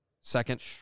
Second